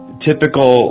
typical